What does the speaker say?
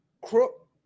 Crook